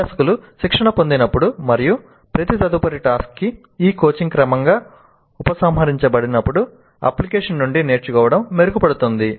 అభ్యాసకులు శిక్షణ పొందినప్పుడు మరియు ప్రతి తదుపరి టాస్క్ కి ఈ కోచింగ్ క్రమంగా ఉపసంహరించబడినప్పుడు అప్లికేషన్ నుండి నేర్చుకోవడం మెరుగుపడుతుంది